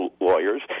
lawyers